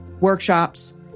workshops